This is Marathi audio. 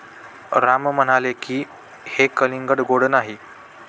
राम म्हणाले की, हे कलिंगड गोड नाही